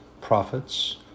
prophets